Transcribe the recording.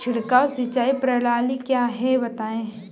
छिड़काव सिंचाई प्रणाली क्या है बताएँ?